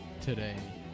today